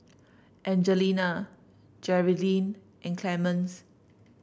Evangelina Jerrilyn and Clemens